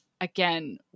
again